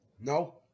No